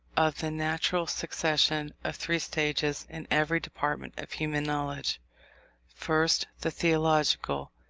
of the natural succession of three stages in every department of human knowledge first, the theological,